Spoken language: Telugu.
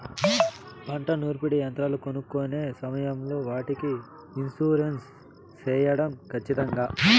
పంట నూర్పిడి యంత్రాలు కొనుక్కొనే సమయం లో వాటికి ఇన్సూరెన్సు సేయడం ఖచ్చితంగా?